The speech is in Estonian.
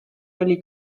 oli